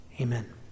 Amen